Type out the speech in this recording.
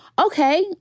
okay